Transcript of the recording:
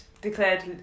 declared